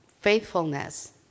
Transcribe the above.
faithfulness